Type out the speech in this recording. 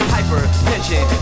Hypertension